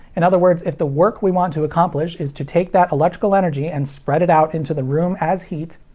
in other words if the work we want to accomplish is to take that electrical energy and spread it out into the room as heat,